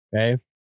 Okay